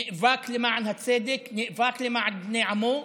נאבק למען הצדק, נאבק למען בני עמו,